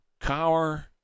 Cower